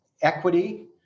equity